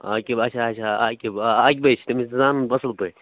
عاقِب اَچھا اَچھا عاقِب آ عاقِبَے چھُ تٔمِس سُہ زانن بہٕ اصٕل پٲٹھۍ